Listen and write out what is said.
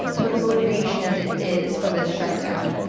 what the motivation is for this shutdown,